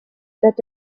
that